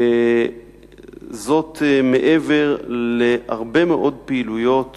זאת מעבר להרבה מאוד פעילויות